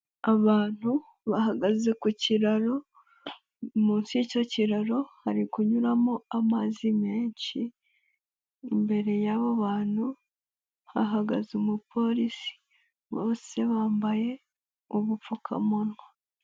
Abantu bahagaze ku kiraro munsi y'icyo kiraro hari kunyuramo amazi menshi, imbere y'abo bantu hahagaze umupolisi, bose bambaye ubupfukamunwa.